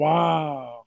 Wow